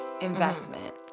investment